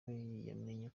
yamenye